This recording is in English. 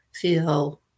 feel